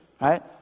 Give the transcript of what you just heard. right